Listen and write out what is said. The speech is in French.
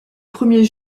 premier